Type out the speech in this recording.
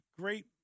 great